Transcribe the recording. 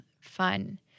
fun